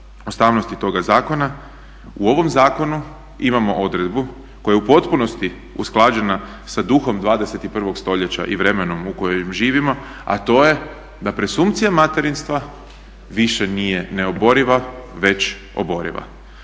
ustavnosti toga zakona, u ovom zakonu imamo odredbu koja je u potpunosti usklađena sa duhom 21.stoljeća i vremenom u kojem živimo a to je da presumpcija materinstva više nije neoboriva već oboriva.